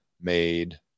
made